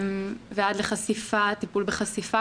ועד לטיפול בחשיפה,